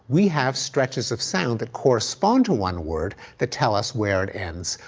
we have stretches of sound that correspond to one word that tell us where it ends.